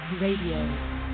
Radio